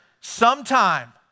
sometime